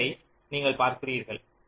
a b ஐ நீங்கள் பார்க்கிறீர்கள்